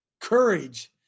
Courage